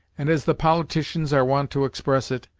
and as the politicians are wont to express it,